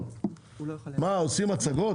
מה, עושים הצגות?